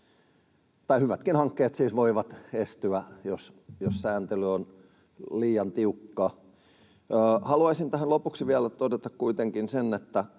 hyvätkin hankkeet voivat estyä, jos sääntely on liian tiukka. Haluaisin tähän lopuksi vielä todeta kuitenkin sen, että